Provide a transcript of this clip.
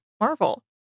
Marvel